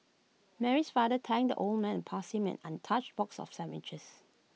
Mary's father thanked the old man and passed him an untouched box of sandwiches